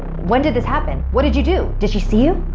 when did this happen, what did you do? did she see you?